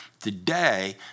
today